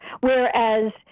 Whereas